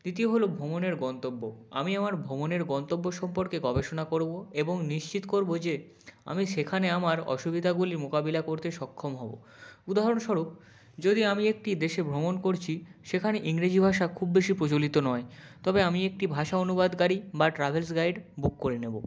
দ্বিতীয় হলো ভ্রমণের গন্তব্য আমি আমার ভ্রমণের গন্তব্য সম্পর্কে গবেষণা করবো এবং নিশ্চিত করবো যে আমি সেখানে আমার অসুবিধাগুলির মোকাবিলা করতে সক্ষম হবো উদাহরণস্বরূপ যদি আমি একটি দেশে ভ্রমণ করছি সেখানে ইংরেজি ভাষা খুব বেশি প্রচলিত নয় তবে আমি একটি ভাষা অনুবাদকারী বা ট্রাভেলস গাইড বুক করে নেবো